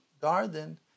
garden